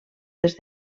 des